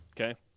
Okay